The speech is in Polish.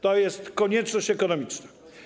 To jest konieczność ekonomiczna.